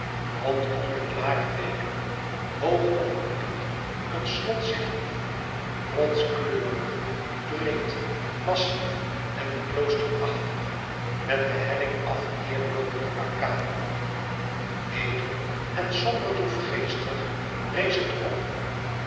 rondom den klaren beker hoog op een piek een slot zich hief rotskleurig breed massief en kloosterachtig met de helling af neêrloopende arcaden edel en somber droefgeestig rees het op